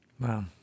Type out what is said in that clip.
Wow